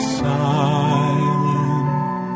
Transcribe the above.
silent